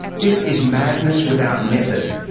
this is madness without method.